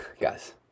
Guys